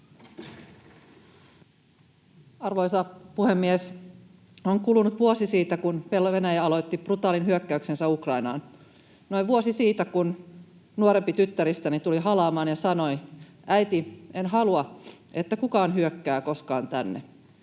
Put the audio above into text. Arvoisa puhemies! On kulunut vuosi siitä, kun Venäjä aloitti brutaalin hyökkäyksensä Ukrainaan, noin vuosi siitä, kun nuorempi tyttäristäni tuli halaamaan ja sanoi: "Äiti, en halua, että kukaan hyökkää koskaan tänne."